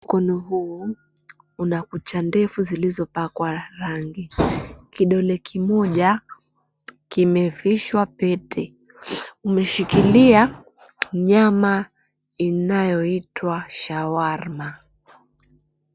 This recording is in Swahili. Mkono huu una kucha ndefu zilizopakwa rangi. Kidole kimoja kimevishwa pete, umeshikilia nyama inayoitwa shawarma.